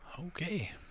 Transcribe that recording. Okay